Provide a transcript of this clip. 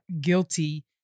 Guilty